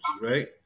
right